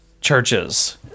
churches